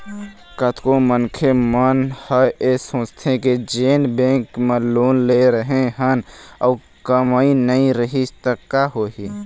कतको मनखे मन ह ऐ सोचथे के जेन बेंक म लोन ले रेहे हन अउ कमई नइ रिहिस त का होही